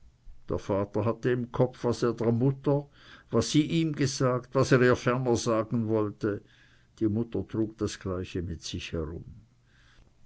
der vater hatte im kopf was er der mutter was sie ihm gesagt was er ihr ferner sagen wolle die mutter trug das gleiche mit sich herum